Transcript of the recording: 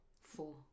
four